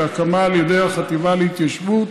זו הקמה על ידי החטיבה להתיישבות